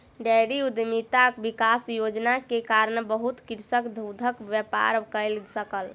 dairy उद्यमिता विकास योजना के कारण बहुत कृषक दूधक व्यापार कय सकल